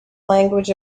language